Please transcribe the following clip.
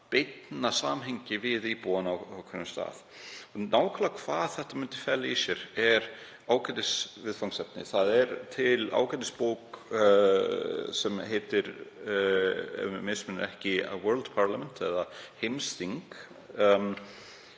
í beinna samhengi við íbúana á hverjum stað. Nákvæmlega hvað þetta myndi fela í sér er ágætisviðfangsefni. Til er ágæt bók sem heitir, ef mig misminnir ekki, A World Parliament eða Heimsþing